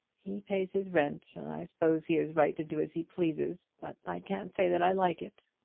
he pays his rent, and i suppose he is right to do as he pleases. but i can't say that i like it.